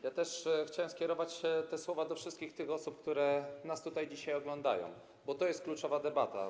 Ja też chciałem skierować te słowa do wszystkich tych osób, które nas dzisiaj oglądają, bo to jest kluczowa debata.